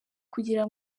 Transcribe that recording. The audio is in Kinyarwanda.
kugira